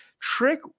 Trick